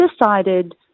decided